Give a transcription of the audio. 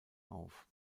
auf